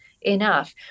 enough